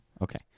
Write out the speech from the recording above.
Okay